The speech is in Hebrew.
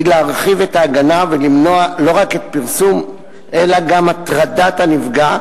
היא להרחיב את ההגנה ולמנוע לא רק פרסום אלא גם הטרדת הנפגע,